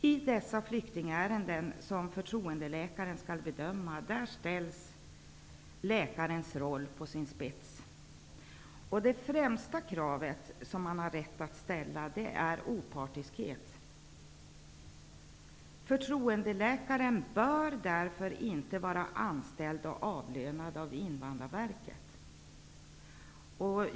I de flyktingärenden som förtroendeläkaren skall bedöma ställs läkarens roll på sin spets. Det främsta krav som man har rätt att ställa gäller opartiskhet. Förtroendeläkaren bör därför inte vara anställd och avlönad av Invandrarverket.